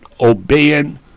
obeying